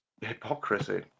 hypocrisy